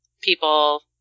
people